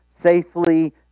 safely